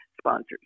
sponsors